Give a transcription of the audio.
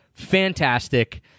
fantastic